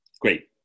Great